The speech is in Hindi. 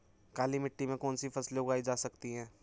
काली मिट्टी में कौनसी फसलें उगाई जा सकती हैं?